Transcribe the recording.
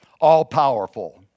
all-powerful